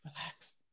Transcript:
relax